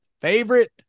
favorite